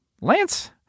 Lance